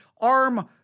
arm